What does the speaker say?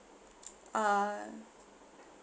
err